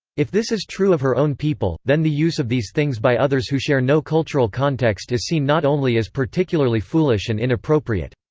if this is true of her own people, then the use of these things by others who share no cultural context is seen not only as particularly foolish and inappropriate.